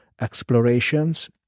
explorations